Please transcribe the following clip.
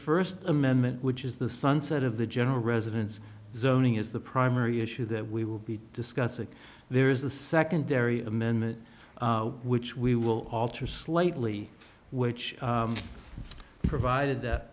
first amendment which is the sunset of the general residence zoning is the primary issue that we will be discussing there is the secondary amendment which we will alter slightly which provided that